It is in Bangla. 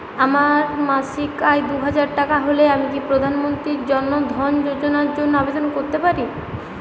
আমার মাসিক আয় দুহাজার টাকা হলে আমি কি প্রধান মন্ত্রী জন ধন যোজনার জন্য আবেদন করতে পারি?